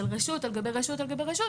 של רשות על גבי רשות על גבי רשות,